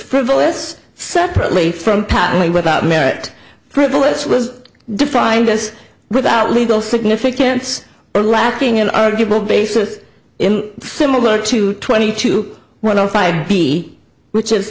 frivolous separately from patently without merit frivolous was defined as without legal significance or lacking an arguable basis in similar to twenty to one or five p which is